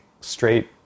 straight